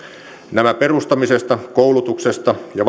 nämä perustamisesta koulutuksesta ja